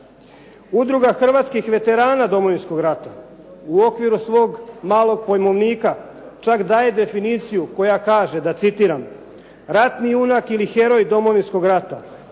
Udruga Hrvatskih veterana Domovinskog rata u okviru svog malog pojmovnika čak daje definiciju koja kaže, da citiram, ratni junak ili heroj Domovinskog rata,